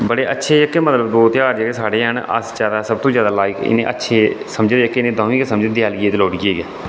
बड़े अच्छे जेह्के मतलब दो ध्यार साढ़े हैन अस ज्यादा सब तूं ज्यादा लाइक इनें अच्छे समझदे ते इनें दौनें गी समझदे देयाली गी ते लोहड़ियै गी के